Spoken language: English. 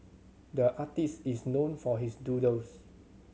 the artist is known for his doodles